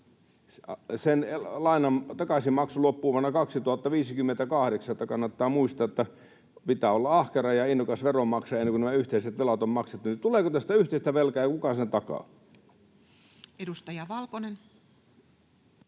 takaisinmaksu loppuu vuonna 2058. Että kannattaa muistaa, että pitää olla ahkera ja innokas veronmaksaja, ennen kuin nämä yhteiset velat on maksettu. Niin että tuleeko tästä yhteistä velkaa, ja kuka sen takaa? [Speech